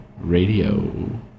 radio